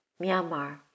Myanmar